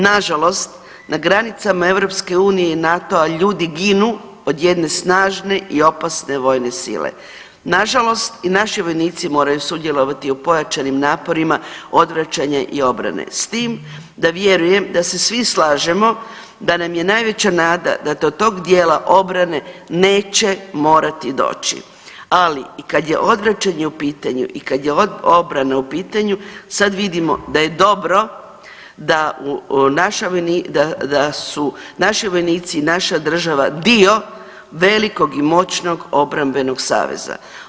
Na žalost na granicama EU i NATO-a ljudi ginu od jedne snažne i opasne vojne sile, nažalost i naši vojnici moraju sudjelovati u pojačanim naporima odvraćanja i obrane s tim da vjerujem da se svi slažemo da nam je najveća nada da do tog dijela obrane neće morati doći, ali i kad je odvraćanje u pitanju i kad je obrana u pitanju sad vidimo da je dobro da su naši vojnici i naša država dio velikog i moćnog obrambenog saveza.